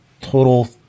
total